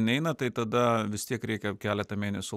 neina tai tada vis tiek reikia keletą mėnesių